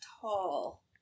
tall